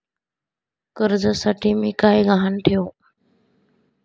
कर्जासाठी मी काय गहाण ठेवू?